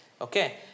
Okay